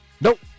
Nope